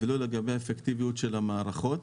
ולא לגבי האפקטיביות של המערכות.